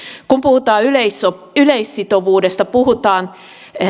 kun puhutaan yleissitovuudesta puhutaan